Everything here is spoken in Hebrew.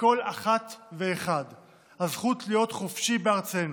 לכל אחת ואחד הזכות להיות חופשי בארצנו,